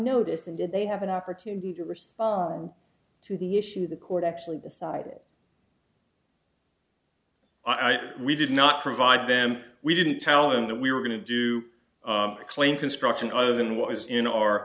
notice and did they have an opportunity to respond to the issue the court actually decided we did not provide them we didn't tell them that we were going to do a claim construction other than what was in